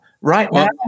right